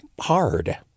hard